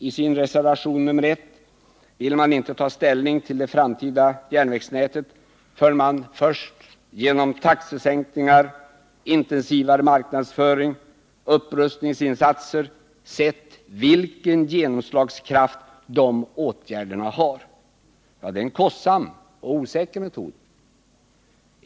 I sin reservation nr 1 vill man inte ta ställning till det framtida järnvägsnätet förrän man först genom taxesänkningar, intensivare marknadsföring och upprustningsinsatser sett vilken genomslagskraft dessa åtgärder har. Det är en kostsam och osäker metod.